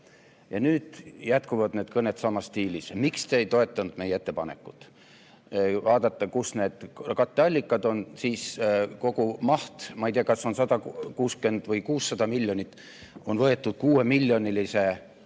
Nüüd jätkuvad need kõned samas stiilis: miks te ei toetanud meie ettepanekut? Kui vaadata, kus need katteallikad on, siis kogumaht, ma ei tea, kas on 160 või 600 miljonit, on võetud 6-miljonilise